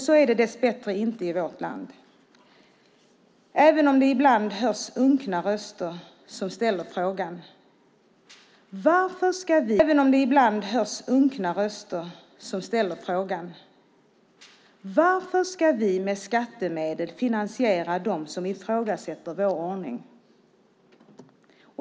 Så är det dess bättre inte i vårt land även om det ibland hörs unkna röster som frågar varför vi med skattemedel ska finansiera dem som ifrågasätter vår ordning.